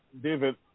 David